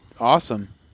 awesome